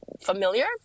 familiar